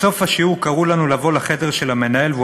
בסוף השיעור קראו לנו לבוא לחדר של המנהל והוא